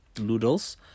noodles